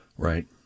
Right